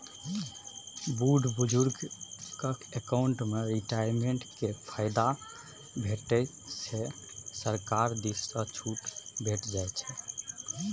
बुढ़ बुजुर्ग अकाउंट मे रिटायरमेंट केर फायदा भेटै छै सरकार दिस सँ छुट भेटै छै